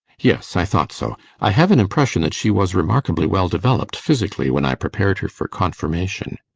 yes, i thought so. i have an impression that she was remarkably well developed, physically, when i prepared her for confirmation.